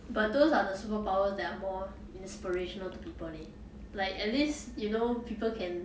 but those are the superpowers that are more inspirational to people leh like at least you know people can